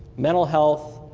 mental health,